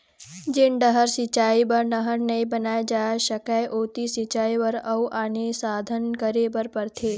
जेन डहर सिंचई बर नहर नइ बनाए जा सकय ओती सिंचई बर अउ आने साधन करे बर परथे